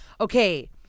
okay